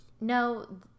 no